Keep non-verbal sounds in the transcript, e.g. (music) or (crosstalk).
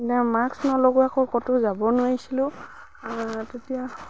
(unintelligible) মাক্স নলগোৱাক ক'তো যাব নোৱাৰিছিলোঁ তেতিয়া